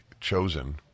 chosen